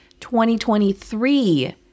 2023